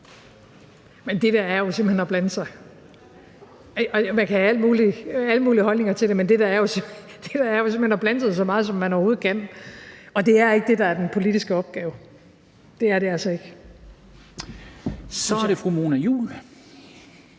Men det der er jo simpelt hen at blande sig. Man kan have alle mulige holdninger til det, men det der er jo simpelt hen at blande sig så meget, som man overhovedet kan, og det er ikke det, der er den politiske opgave. Det er det altså ikke, synes jeg. Kl.